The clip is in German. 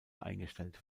eingestellt